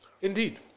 Indeed